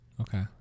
Okay